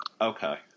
Okay